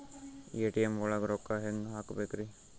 ATM ಒಳಗ್ ರೊಕ್ಕ ಹೆಂಗ್ ಹ್ಹಾಕ್ಬೇಕ್ರಿ?